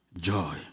joy